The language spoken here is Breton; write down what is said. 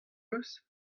eus